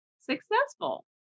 successful